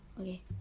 okay